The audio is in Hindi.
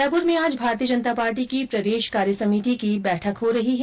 जयपूर में आज भारतीय जनता पार्टी की प्रदेश कार्य समिति की बैठक हो रही है